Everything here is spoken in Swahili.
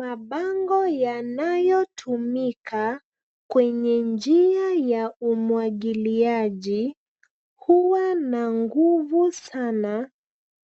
Mabango yanayotumika kwenye njia ya umwagiliaji huwa na nguvu sana